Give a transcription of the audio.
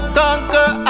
conquer